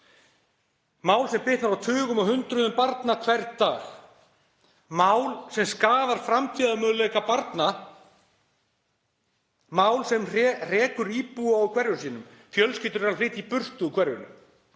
mál sem bitnar á tugum og hundruðum barna hvern dag, mál sem skaðar framtíðarmöguleika barna, mál sem hrekur íbúa úr hverfinu sínu. Fjölskyldur eru að flytja í burtu úr hverfinu.